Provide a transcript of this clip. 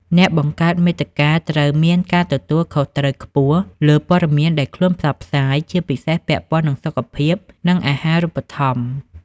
អ្នកបង្កើតមាតិកាត្រូវមានការទទួលខុសត្រូវខ្ពស់លើព័ត៌មានដែលខ្លួនផ្សព្វផ្សាយ ជាពិសេសពាក់ព័ន្ធនឹងសុខភាព និងអាហារូបត្ថម្ភ។